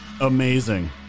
Amazing